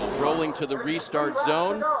rolling to the restart zone.